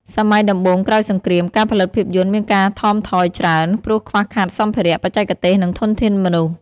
សម័យដំបូងក្រោយសង្គ្រាម ការផលិតភាពយន្តមានការថមថយច្រើន ព្រោះខ្វះខាតសម្ភារៈ បច្ចេកទេស និងធនធានមនុស្ស។